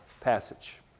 passage